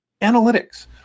analytics